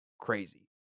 Crazy